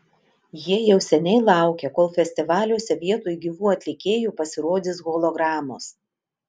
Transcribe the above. jie jau seniai laukia kol festivaliuose vietoj gyvų atlikėjų pasirodys hologramos